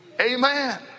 Amen